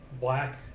black